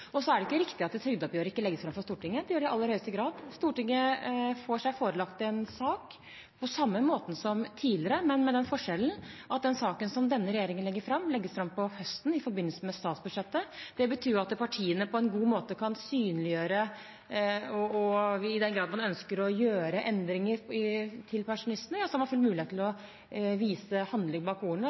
Så er det ikke riktig at trygdeoppgjøret ikke legges fram for Stortinget. Det gjør det i aller høyeste grad. Stortinget får seg forelagt en sak på samme måten som tidligere, men med den forskjellen at den saken som denne regjeringen legger fram, legges fram på høsten i forbindelse med statsbudsjettet. Det betyr at partiene på en god måte kan synliggjøre, og i den grad man ønsker å gjøre endringer opp mot pensjonistene, har man iallfall mulighet til å vise handling bak